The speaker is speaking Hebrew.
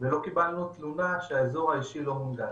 ולא קיבלנו תלונה שהאזור האישי לא מונגש.